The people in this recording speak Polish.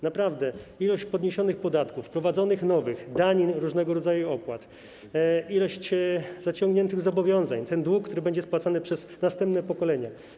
Naprawdę, liczba podniesionych podatków, wprowadzonych nowych danin, różnego rodzaju opłat, liczba zaciągniętych zobowiązań - dług, który będzie spłacany przez następne pokolenia.